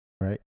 right